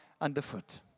underfoot